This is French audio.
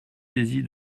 saisie